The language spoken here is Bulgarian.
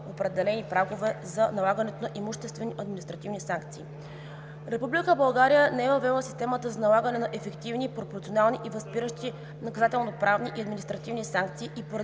определени прагове за налагане на имуществени административни санкции, Република България не е въвела система за налагане на ефективни, пропорционални и възпиращи наказателноправни и административни санкции